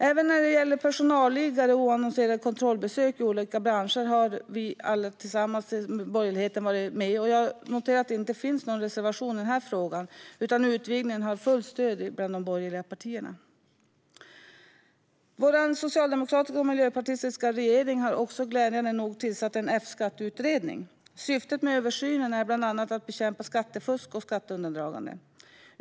Även när det gäller personalliggare och oannonserade kontrollbesök i olika branscher har vi agerat tillsammans, och borgerligheten har varit med. Jag noterar att det inte finns någon reservation i denna fråga utan att utvidgningen har fullt stöd bland de borgerliga partierna. Vår socialdemokratiska och miljöpartistiska regering har också glädjande nog tillsatt en F-skatteutredning. Syftet med översynen är bland annat att bekämpa skattefusk och skatteundandragande.